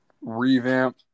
revamp